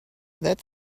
that